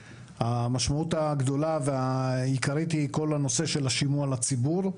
המשמעות הגדולה והעיקרית היא כל הנושא של השימוע לציבור.